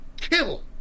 kill